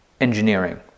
engineering